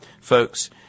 folks